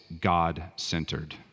God-centered